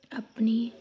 ਆਪਣੀ